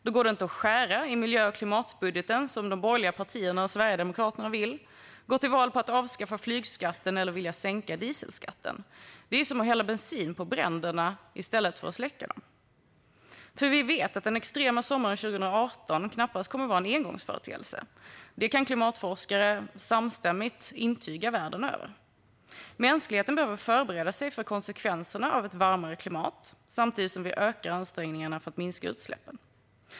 Då går det inte att skära i miljö och klimatbudgeten, som de borgerliga partierna och Sverigedemokraterna vill, att gå till val på att avskaffa flygskatten eller att vilja sänka dieselskatten. Det är ju som att hälla bensin på bränderna i stället för att släcka dem. Vi vet att den extrema sommaren 2018 knappast kommer att vara en engångsföreteelse. Det kan klimatforskare världen över samstämmigt intyga. Mänskligheten behöver förbereda sig på konsekvenserna av ett varmare klimat, samtidigt som vi ökar ansträngningarna för att minska utsläppen.